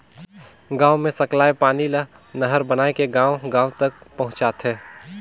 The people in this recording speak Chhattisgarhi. बांध मे सकलाए पानी ल नहर बनाए के गांव गांव तक पहुंचाथें